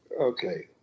okay